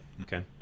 Okay